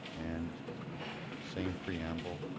and same preamble